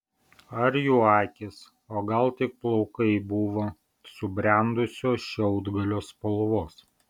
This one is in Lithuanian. ar jų akys o gal tik plaukai buvo subrendusio šiaudgalio spalvos